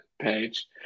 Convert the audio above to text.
page